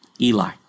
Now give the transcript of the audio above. Eli